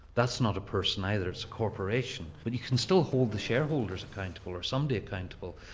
that's not a person either, it's a corporation. but you can still hold the shareholders accountable or somebody accountable.